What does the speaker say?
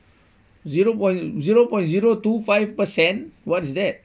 zero point zero point zero two five percent what's that